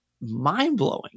mind-blowing